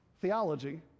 theology